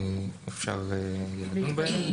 אפשר לטפל בה.